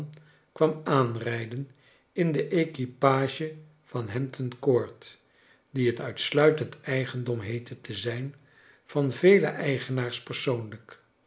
kwam aanrifden in de equipage van hampton court die het uitsluitend eigendom heette te zijn van vele eigenaars persoonlijk